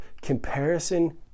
comparison